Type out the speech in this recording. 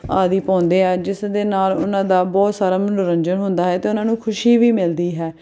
ਆਦਿ ਪਾਉਂਦੇ ਆ ਜਿਸ ਦੇ ਨਾਲ ਉਹਨਾਂ ਦਾ ਬਹੁਤ ਸਾਰਾ ਮਨੋਰੰਜਨ ਹੁੰਦਾ ਹੈ ਅਤੇ ਉਹਨਾਂ ਨੂੰ ਖੁਸ਼ੀ ਵੀ ਮਿਲਦੀ ਹੈ